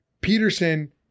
peterson